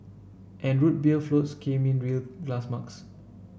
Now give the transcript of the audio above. and Root Beer floats came in real glass mugs